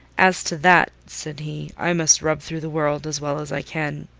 as to that, said he, i must rub through the world as well as i can.